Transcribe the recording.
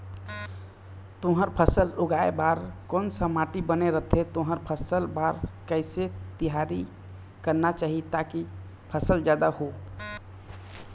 तुंहर फसल उगाए बार कोन सा माटी बने रथे तुंहर फसल बार कैसे तियारी करना चाही ताकि फसल जादा हो?